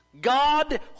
God